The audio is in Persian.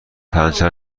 پنچر